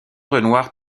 renoir